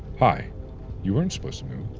hi you weren't supposed to move.